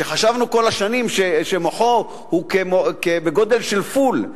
שחשבנו כל השנים שמוחו הוא בגודל של פול,